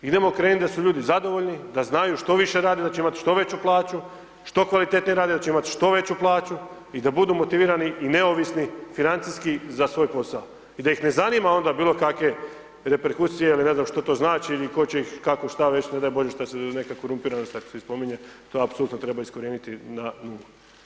Idemo krenuti da su ljudi zadovoljni, da znaju što više radi da će imati što veću plaću, što kvalitetnije rade da će imati što veću plaću i da budu motivirani i neovisni financijski za svoj posao i da ih ne zanima onda bilo kakve reperkusije ili ne znam što to znači ili tko će ih kako, šta, već ne daj Bože šta se, neka korumpiranost, tako se i spominje, to apsolutno treba iskorijeniti na nulu.